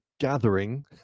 gathering